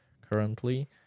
currently